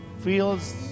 feels